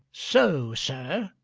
so sir.